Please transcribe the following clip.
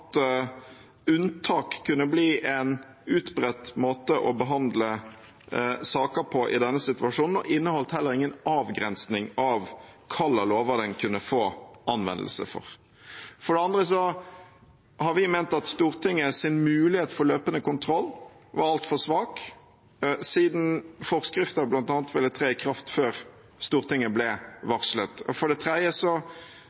at unntak kunne bli en utbredt måte å behandle saker på i denne situasjonen, og inneholdt heller ingen avgrensning av hvilke lover den kunne få anvendelse for. For det andre har vi ment at Stortingets mulighet for løpende kontroll var altfor svak, siden forskrifter bl.a. ville tre i kraft før Stortinget ble